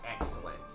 Excellent